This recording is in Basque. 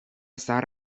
zahar